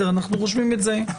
אנחנו רושמים את זה.